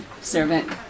servant